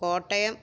Kottayam